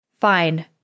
fine